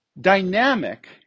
dynamic